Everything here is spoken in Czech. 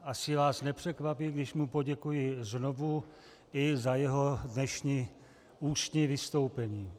Asi vás nepřekvapí, když mu poděkuji znovu i za jeho dnešní ústní vystoupení.